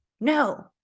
No